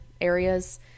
areas